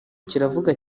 kiravuga